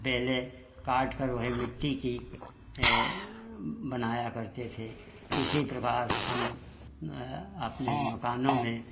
बेले काटकर वही मिट्टी की बनाया करते थे इसी प्रकार हम अपने मकानों में